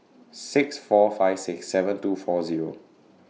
six four five six seven two four Zero